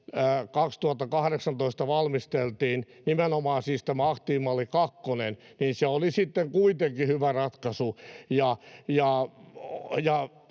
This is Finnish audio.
2018 valmisteltiin, nimenomaan siis tämä aktiivimalli kakkonen, oli sitten kuitenkin hyvä ratkaisu.